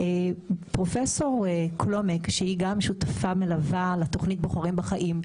פרופ' קלומק שהיא גם שותפה מלווה לתוכנית "בוחרים בחיים",